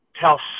tell